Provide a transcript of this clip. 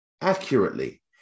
accurately